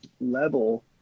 level